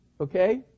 okay